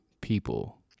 people